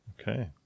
Okay